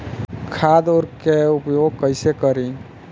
खाद व उर्वरक के उपयोग कइसे करी?